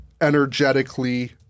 energetically